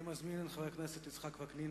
אני מזמין את חבר הכנסת יצחק וקנין.